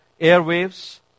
airwaves